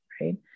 right